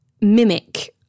mimic